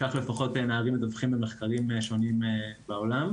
כך לפחות נערים מדווחים במחקרים שונים בעולם.